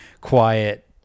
quiet